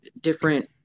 different